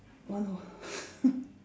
one o~